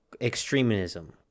extremism